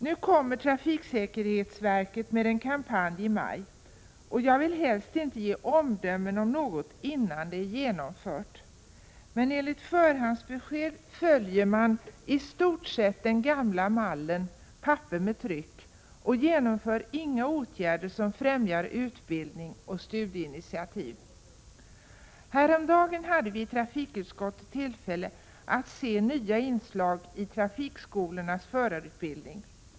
Nu kommer trafiksäkerhetsverket med en kampanj i maj, och jag vill helst inte ge omdömen om något innan det är genomfört. Men enligt förhandsbesked följer man i stort sett den gamla mallen ”papper med tryck” och genomför inga åtgärder som främjar utbildning och studieinitiativ. Häromdagen hade vi i trafikutskottet tillfälle att se nya inslag i trafikskolornas förarutbildning.